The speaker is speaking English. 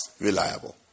reliable